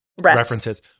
references